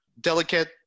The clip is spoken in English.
delicate